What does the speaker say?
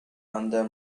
under